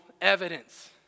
evidence